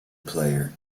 player